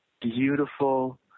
beautiful